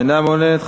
אינה מעוניינת.